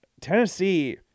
Tennessee